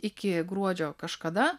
iki gruodžio kažkada